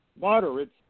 moderates